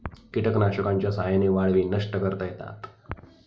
कीटकनाशकांच्या साह्याने वाळवी नष्ट करता येतात